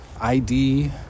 ID